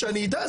שאני אדע,